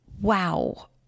wow